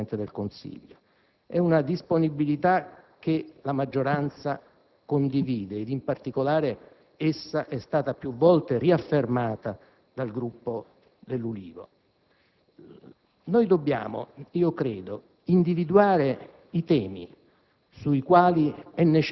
questa disponibilità nella relazione del Presidente del Consiglio. È una disponibilità che la maggioranza condivide ed in particolare essa è stata più volte riaffermata dal Gruppo dell'Ulivo.